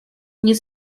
nie